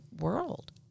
world